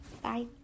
Bye